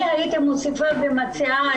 אני הייתי מוסיפה ומציעה,